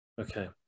okay